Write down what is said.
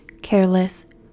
careless